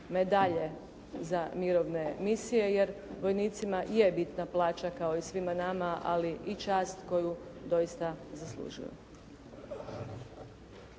medalje za mirovne misije jer vojnicima je bitna plaća kao i svima nama, ali i čast koju doista zaslužuju.